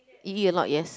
you eat a lot yes